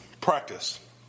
practice